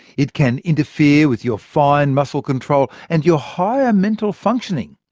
it can interfere with your fine muscle control and your higher mental functioning,